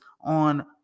on